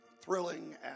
thrilling